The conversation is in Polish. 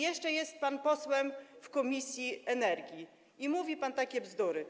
Jest pan posłem w komisji energii i mówi pan takie bzdury.